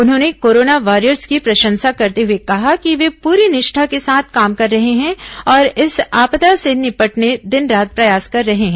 उन्होंने corona warriors की प्रशंसा करते हुए कहा कि वे पूरी निष्ठा के साथ काम कर रहे हैं और इस आपदा से निपटने दिन रात प्रयास कर रहे हैं